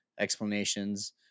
explanations